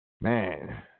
man